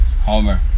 Homer